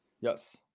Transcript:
Yes